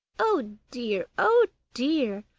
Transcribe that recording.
oh dear, oh dear!